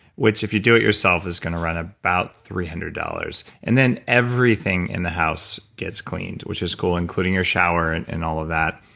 which if you do it yourself is gonna run about three hundred dollars. and then everything in the house gets cleaned, which is cool, including your shower and and all of that.